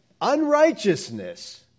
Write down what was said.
unrighteousness